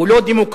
הוא לא דמוקרטי.